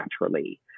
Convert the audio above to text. naturally